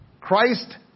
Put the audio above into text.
Christ